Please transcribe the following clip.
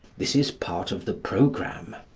this is part of the programme.